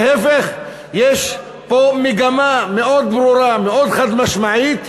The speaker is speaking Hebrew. להפך, יש פה מגמה מאוד ברורה, מאוד חד-משמעית,